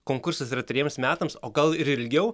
konkursas yra trejiems metams o gal ir ilgiau